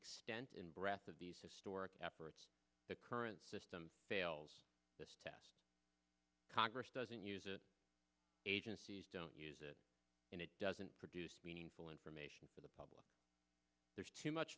extent in breath of these historic efforts the current system fails this test congress doesn't use it agencies don't use it and it doesn't produce meaningful information for the public there's too much